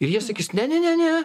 ir jie sakys ne ne ne